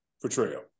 portrayal